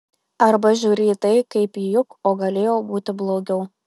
arba žiūri į tai kaip į o juk galėjo būti blogiau